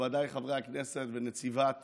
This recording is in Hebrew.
נכבדיי חברי הכנסת ונציבת